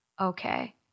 okay